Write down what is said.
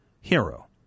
hero